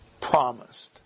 promised